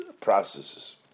processes